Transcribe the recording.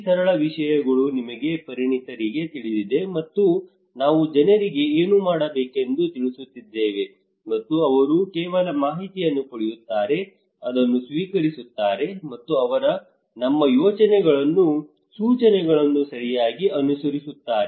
ಈ ಸರಳ ವಿಷಯಗಳು ನಮಗೆ ಪರಿಣಿತರಿಗೆ ತಿಳಿದಿದೆ ಮತ್ತು ನಾವು ಜನರಿಗೆ ಏನು ಮಾಡಬೇಕೆಂದು ತಿಳಿಸುತ್ತಿದ್ದೇವೆ ಮತ್ತು ಅವರು ಕೇವಲ ಮಾಹಿತಿಯನ್ನು ಪಡೆಯುತ್ತಾರೆ ಅದನ್ನು ಸ್ವೀಕರಿಸುತ್ತಾರೆ ಮತ್ತು ಅವರು ನಮ್ಮ ಸೂಚನೆಗಳನ್ನು ಸರಿಯಾಗಿ ಅನುಸರಿಸುತ್ತಾರೆ